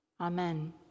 Amen